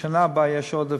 בשנה הבאה יש עודף,